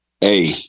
Hey